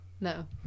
No